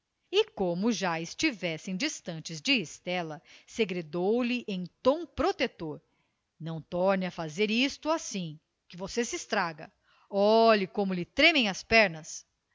como já estivessem distantes de estela segredou-lhe em tom protetor não torne a fazer isto assim que você se estraga olhe como lhe tremem as pernas